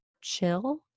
chill